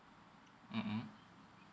mmhmm